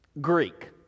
Greek